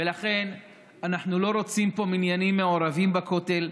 ולכן אנחנו לא רוצים פה מניינים מעורבים בכותל,